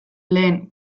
lehen